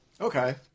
Okay